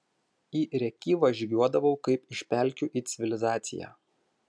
į rėkyvą žygiuodavau kaip iš pelkių į civilizaciją